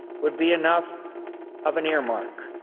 would be enough of an earmark.